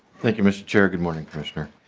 thank you mr. chair good morning commissioner.